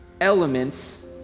elements